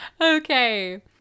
Okay